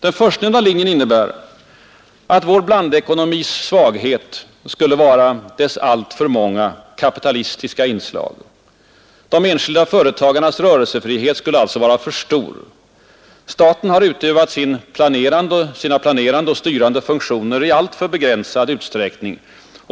Den förstnämnda linjen innebär att vår blandekonomis svaghet skulle vara dess alltför många kapitalistiska inslag. De enskilda företagarnas rörelsefrihet skulle alltså vara för stor. Staten har utövat sina planerande och styrande funktioner i alltför begränsad utsträckning.